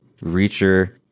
Reacher